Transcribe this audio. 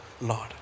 Lord